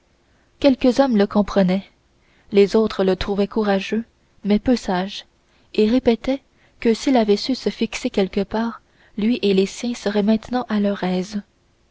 quelques hommes le comprenaient les autres le trouvaient courageux mais peu sage et répétaient que s'il avait su se fixer quelque part lui et les siens seraient maintenant à leur aise